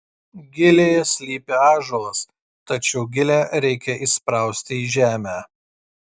gilėje slypi ąžuolas tačiau gilę reikia įsprausti į žemę